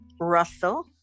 Russell